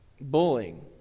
bullying